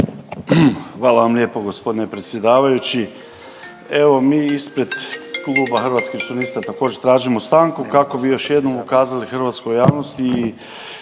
Hvala vam lijepo gospodine predsjedavajući. Evo mi ispred Kluba Hrvatskih suverenista također tražimo stanku kako bi još jednom ukazali hrvatskoj javnosti